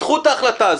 תדחו את ההחלטה הזו.